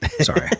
Sorry